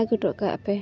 ᱟᱹᱜᱩᱦᱚᱴᱚ ᱠᱟᱜ ᱯᱮ